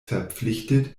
verpflichtet